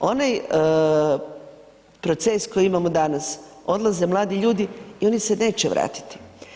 Onaj proces koji imamo danas odlaze mladi ljudi i oni se neće vratiti.